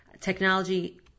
Technology